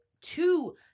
two